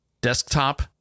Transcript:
desktop